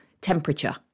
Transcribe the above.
temperature